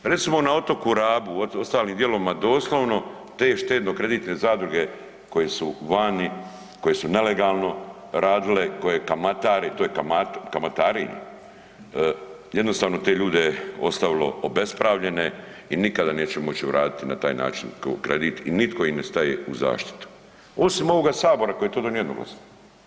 Recimo na otoku Rabu, u ostalim dijelovima doslovno te štedno-kreditne zadruge koje su vani, koje su nelegalno radile, koje kamatare, to je kamatarenje, jednostavno te ljude je ostavilo obespravljene i nikada neće moći vratiti na taj način kredit i nitko im ne staje u zaštitu osim ovoga sabora koji je to donio jednoglasno.